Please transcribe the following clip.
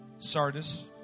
Sardis